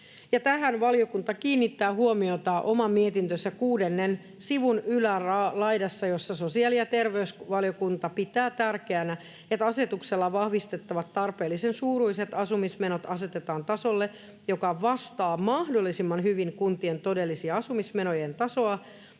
Tähän valiokunta kiinnittää huomiota oman mietintönsä kuudennen sivun ylälaidassa, jossa sosiaali- ja terveysvaliokunta pitää tärkeänä, että asetuksella vahvistettavat tarpeellisen suuruiset asumismenot asetetaan tasolle, joka vastaa mahdollisimman hyvin kuntien todellista asumismenojen tasoa,